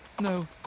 no